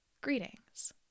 Greetings